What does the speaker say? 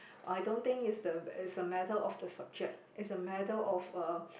I don't think is the is a matter of the subject is a matter of uh